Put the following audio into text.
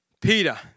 Peter